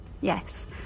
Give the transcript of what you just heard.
Yes